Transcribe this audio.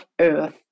Earth